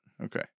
Okay